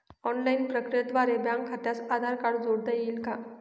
Online प्रक्रियेद्वारे bank खात्यास Aadhaar card जोडता येईल का?